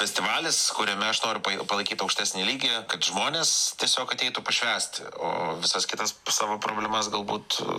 festivalis kuriame aš noriu pal palaikyt aukštesnį lygį kad žmonės tiesiog ateitų pašvęsti o visas kitas savo problemas galbūt